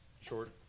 short